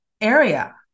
area